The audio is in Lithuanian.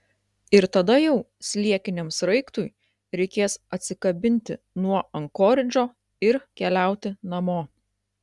ir tada jau sliekiniam sraigtui reikės atsikabinti nuo ankoridžo ir keliauti namo